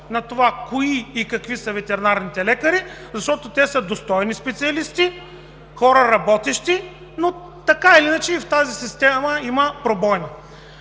на това кои и какви са ветеринарните лекари, защото те са достойни специалисти – хора, работещи, но така или иначе и в тази система има пробойна.